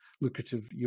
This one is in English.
lucrative